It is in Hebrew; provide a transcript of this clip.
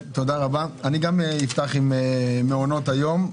גם אפתח עם מעונות היום.